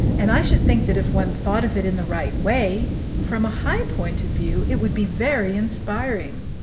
and i should think that if one thought of it in the right way from a high point of view it would be very inspiring.